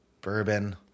bourbon